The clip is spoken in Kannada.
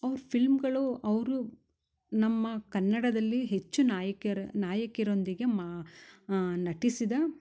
ಅವ್ರ ಫಿಲ್ಮ್ಗಳು ಅವರು ನಮ್ಮ ಕನ್ನಡದಲ್ಲಿ ಹೆಚ್ಚು ನಾಯಕಿಯರ ನಾಯಕಿರೊಂದಿಗೆ ಮಾ ನಟಿಸಿದ